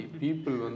people